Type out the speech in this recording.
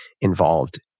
involved